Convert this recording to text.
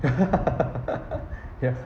yes